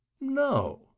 No